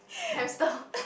hamster